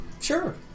sure